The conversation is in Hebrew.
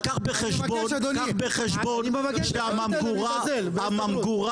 רק קח בחשבון שהממגורה